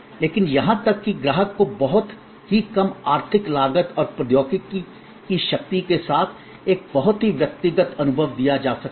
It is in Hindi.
लेकिन यहां तक कि ग्राहक को बहुत ही कम आर्थिक लागत पर प्रौद्योगिकी की शक्ति के साथ एक बहुत ही व्यक्तिगत अनुभव दिया जा सकता है